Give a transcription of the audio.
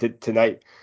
tonight